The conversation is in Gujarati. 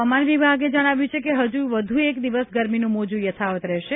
હવામાન વિભાગે જણાવ્યું છે કે હજી વ્ધુ એક દિવસ ગરમીનું મોજું યથાવત રહેશે